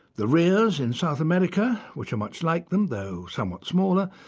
the rheas in south america, which are much like them though somewhat smaller,